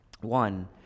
One